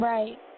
Right